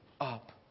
up